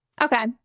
Okay